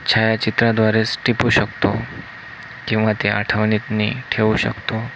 छायाचित्राद्वारेच टिपू शकतो किंवा ते आठवणीतून ठेवू शकतो